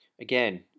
Again